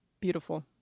Beautiful